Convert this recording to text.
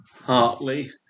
Hartley